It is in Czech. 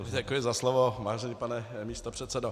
Děkuji za slovo, vážený pane místopředsedo.